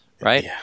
Right